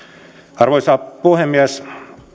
arvoisa puhemies